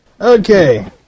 Okay